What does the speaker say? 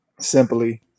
Simply